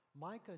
Micah